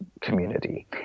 community